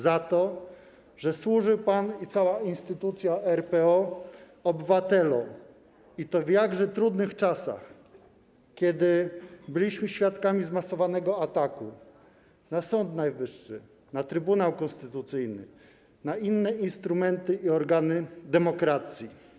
Za to, że służył pan, i cała instytucja RPO, obywatelom, i to w jakże trudnych czasach, kiedy byliśmy świadkami zmasowanego ataku na Sąd Najwyższy, na Trybunał Konstytucyjny, na inne instrumenty i organy demokracji.